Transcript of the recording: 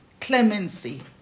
clemency